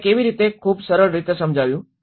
તેમણે કેવી રીતે ખૂબ સરળ રીતે સમજાવ્યું